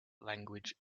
language